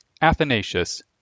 Athanasius